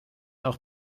auch